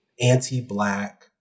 anti-Black